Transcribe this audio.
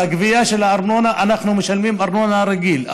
בגבייה של הארנונה אנחנו משלמים ארנונה רגילה,